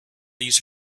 these